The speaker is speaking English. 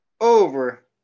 over